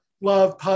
love